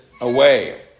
away